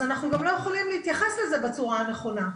אז אנחנו גם לא יכולים להתייחס לזה בצורה הנכונה.